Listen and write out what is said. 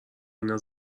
اینها